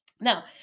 now